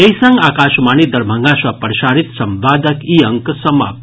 एहि संग आकाशवाणी दरभंगा सँ प्रसारित संवादक ई अंक समाप्त भेल